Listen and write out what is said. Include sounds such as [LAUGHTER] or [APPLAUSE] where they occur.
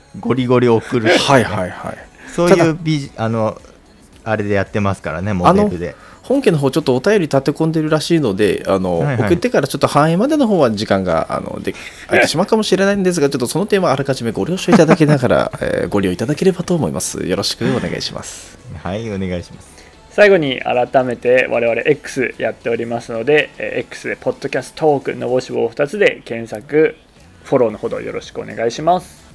ゴリゴリ送るしね。 [LAUGHS] はいはいはい。 そういうただ、ビジ- あの、あれでやってますからね、あの、モデルで。本家の方ちょっとお便り立て込んでるらしいので、あの、はいはい。送ってからちょっと反映までの方は時間が、あの、で-はいはい。で、空いてしまうかもしれないんですが、ちょっとその点はあらかじめご了承いただけながら、 [LAUGHS] えー、ご利用いただければと思います。よろしくお願いします。 [LAUGHS] はい、お願いします。最後に改めて我々Xやっておりますので、えー、Xでポッドキャストトークのぼしぼを二つで検索、フォローのほどよろしくお願いします。